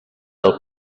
del